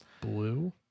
blue